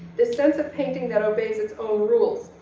this sense of painting that obeys its own rules,